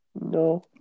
No